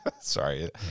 Sorry